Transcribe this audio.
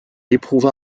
éprouva